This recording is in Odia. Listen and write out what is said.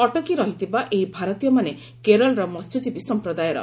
ଅଟକି ରହିଥିବା ଏହି ଭାରତୀୟମାନେ କେରଳର ମସ୍ୟଜୀବୀ ସମ୍ପ୍ରଦାୟର